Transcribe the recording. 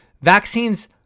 Vaccines